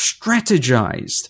strategized